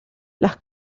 las